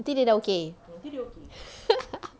nanti dia dah okay